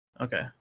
Okay